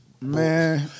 Man